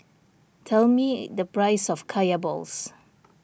tell me the price of Kaya Balls